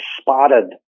spotted